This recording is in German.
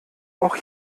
auch